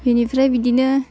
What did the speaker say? बिनिफ्राय बिदिनो